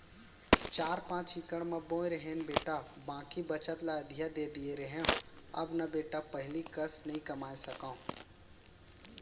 चार पॉंच इकड़ म तो बोए रहेन बेटा बाकी बचत ल अधिया दे दिए रहेंव अब न बेटा पहिली कस नइ कमाए सकव